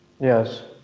yes